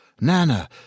Nana